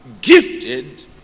gifted